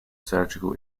surgical